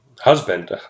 husband